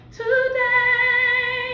today